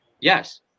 Yes